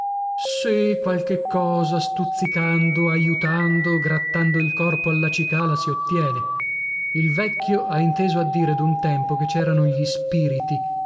sì qualche cosa stuzzicando aiutando grattando il corpo alla cicala si ottiene il vecchio ha inteso a dire d'un tempo che c'erano gli spiriti